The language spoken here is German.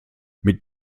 mit